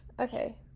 okay